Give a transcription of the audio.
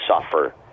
suffer